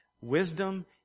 Wisdom